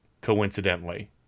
coincidentally